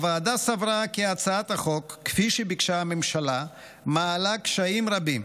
הוועדה סברה כי הצעת החוק כפי שביקשה הממשלה מעלה קשיים רבים